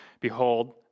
Behold